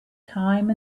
time